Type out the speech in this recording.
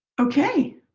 okay.